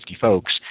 folks